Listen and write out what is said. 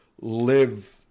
live